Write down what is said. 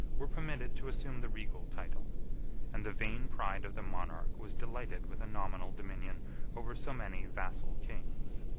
were permitted to assume the regal title and the vain pride of the monarch was delighted with a nominal dominion over so many vassal kings.